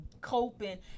coping